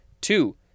Two